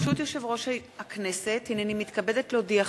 2012 למניינם, ואני מתכבד לפתוח